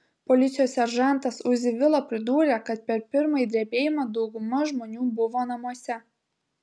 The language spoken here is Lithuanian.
policijos seržantas uzi vila pridūrė kad per pirmąjį drebėjimą dauguma žmonių buvo namuose